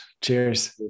cheers